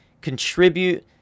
contribute